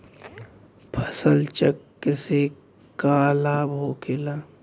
फसल चक्र से का लाभ होखेला?